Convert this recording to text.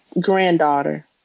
granddaughter